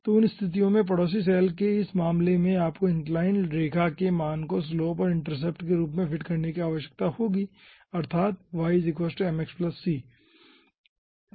तो उन स्तिथियो में पड़ोसी सैल के इस मामले में आपको इंक्लाइंड रेखा के मान को स्लोप और इंटरसेप्ट के रूप में फिट करने की आवश्यकता होगी अर्थात y mx c